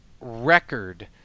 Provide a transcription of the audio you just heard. record